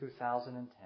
2010